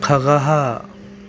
खगः